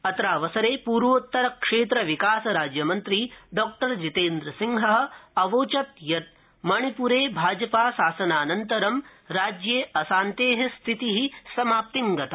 अत्रावसरे पूर्वोत्तरक्षेत्र विकास राज्य मन्त्री डॉ जितेन्द्रसिंह आवोचत् यत् मणिप्रे भाजपा शासनानन्तरं राज्ये अशान्ते स्थिति समाप्तिं गता